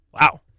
Wow